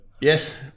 Yes